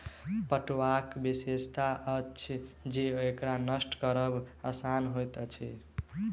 पटुआक विशेषता अछि जे एकरा नष्ट करब आसान होइत अछि